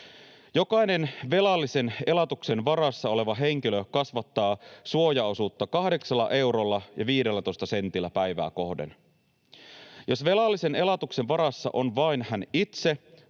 Jokainen velallisen elatuksen varassa oleva henkilö kasvattaa suojaosuutta 8 eurolla ja 15 sentillä päivää kohden. Jos velallisen elatuksen varassa on vain hän itse,